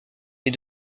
est